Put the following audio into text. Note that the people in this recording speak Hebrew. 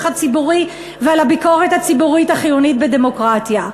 הציבורי ועל הביקורת הציבורית החיונית בדמוקרטיה.